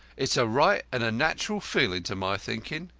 it's a right and natural feeling to my thinking.